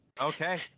okay